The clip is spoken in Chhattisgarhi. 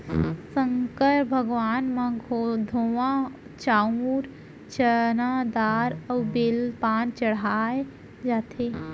संकर भगवान म धोवा चाउंर, चना दार अउ बेल पाना चड़हाए जाथे